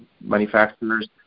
manufacturers